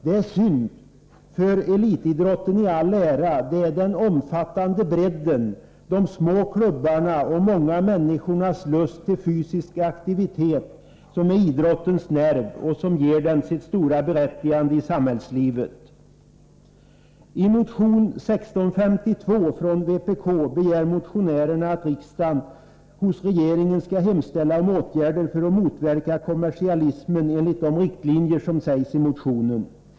Det är synd, för — elitidrotten i all ära — det är den omfattande bredden, de små klubbarna och de många människornas lust till fysisk aktivitet som är idrottens nerv och som ger den dess stora berättigande i samhällslivet. riktlinjer som dras upp i motionen.